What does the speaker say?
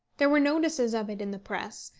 there were notices of it in the press,